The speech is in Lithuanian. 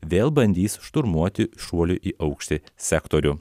vėl bandys šturmuoti šuolių į aukštį sektorių